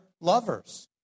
lovers